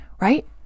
Right